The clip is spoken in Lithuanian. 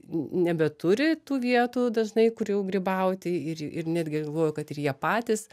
nebeturi tų vietų dažnai kur jau grybauti ir ir netgi galvoju kad ir jie patys